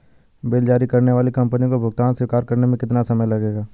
Bill जारी करने वाली कंपनी को भुगतान स्वीकार करने में कितना समय लगेगा?